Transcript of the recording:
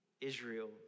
Israel